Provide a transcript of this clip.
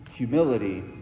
humility